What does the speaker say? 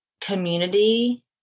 community